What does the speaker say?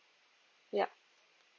yup